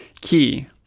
key